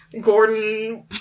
Gordon